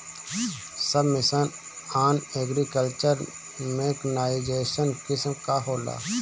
सब mission on agriculture mechanization scheme का होला?